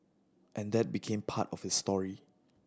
and that became part of his story